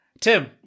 Tim